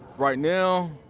right now?